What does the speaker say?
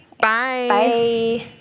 Bye